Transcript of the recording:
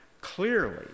clearly